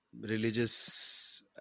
religious